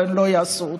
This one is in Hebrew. אבל הם לא יעשו אותו.